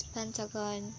Pentagon